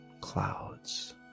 clouds